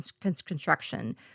construction